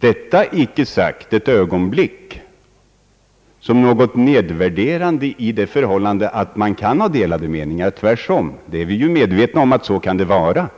Detta inte ett ögonblick sagt som något nedvärderande, med avseende på kommunerna, ty man kan ju ha delade meningar, det är vi medvetna om.